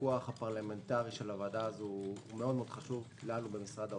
הפיקוח הפרלמנטרי של הוועדה הזאת חשוב לנו מאוד במשרד האוצר.